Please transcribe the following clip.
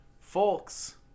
folks